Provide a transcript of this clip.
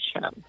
show